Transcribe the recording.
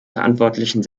verantwortlichen